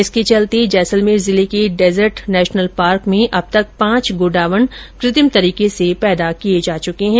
इसके चलते जैसलमेर जिले के डेजर्ट नेशनल पार्क में अब तक पांच गोडावण क्रेत्रिम तरीके से पैदा किए जा चुके हैं